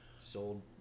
sold